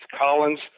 Collins